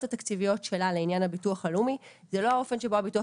התקציביות שלה לעניין הביטוח הלאומי זה לא האופן שבו הביטוח